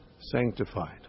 sanctified